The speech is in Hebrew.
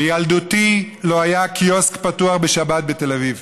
בילדותי לא היה קיוסק פתוח בשבת בתל אביב,